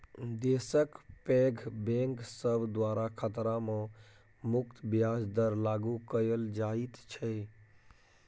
देशक पैघ बैंक सब द्वारा खतरा सँ मुक्त ब्याज दर लागु कएल जाइत छै